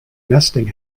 nesting